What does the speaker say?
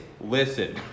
listen